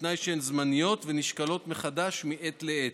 בתנאי שהן זמניות ונשקלות מחדש מעת לעת.